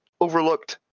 overlooked